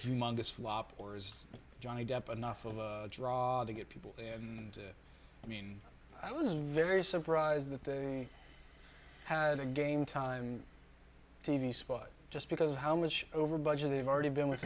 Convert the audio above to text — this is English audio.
humongous flop or is johnny depp enough of a draw to get people and i mean i was very surprised that they had a game time t v spot just because of how much over budget they've already been